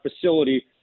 facility